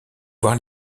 voir